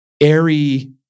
airy